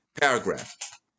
paragraph